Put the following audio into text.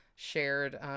shared